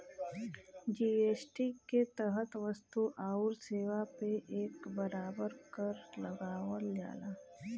GST के तहत वस्तु आउर सेवा पे एक बराबर कर लगावल जाला